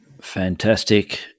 fantastic